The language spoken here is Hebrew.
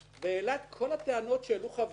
כל הטענות שהעלו חבריי,